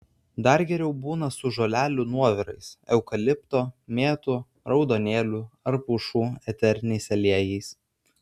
dar geriau būna su žolelių nuovirais eukalipto mėtų raudonėlių ar pušų eteriniais aliejais